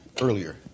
earlier